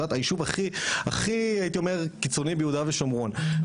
היישוב הכי הכי הייתי אומר קיצוני ביהודה ושומרון,